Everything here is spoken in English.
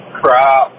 crap